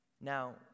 Now